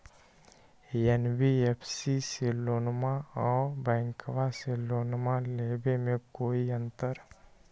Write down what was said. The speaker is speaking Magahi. एन.बी.एफ.सी से लोनमा आर बैंकबा से लोनमा ले बे में कोइ अंतर?